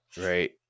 Right